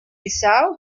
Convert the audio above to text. bissau